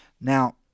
Now